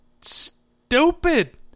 stupid